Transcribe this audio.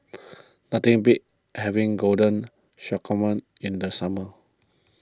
nothing beats having Garden in the summer